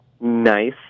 nice